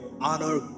honor